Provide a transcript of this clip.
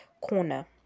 corner